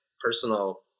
personal